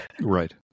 Right